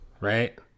Right